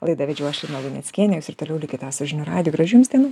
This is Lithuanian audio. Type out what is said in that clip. laidą vedžiau aš lina luneckienė jūs ir toliau likite su žinių radiju ir gražių jums dienų